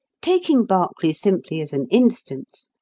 taking berkeley simply as an instance,